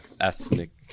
ethnic